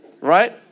Right